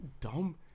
dumb